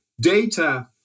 data